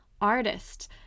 artist